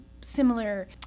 similar